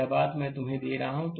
यह बात मैं तुम्हें दे रहा हूं